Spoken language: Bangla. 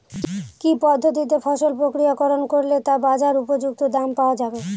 কি পদ্ধতিতে ফসল প্রক্রিয়াকরণ করলে তা বাজার উপযুক্ত দাম পাওয়া যাবে?